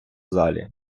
залі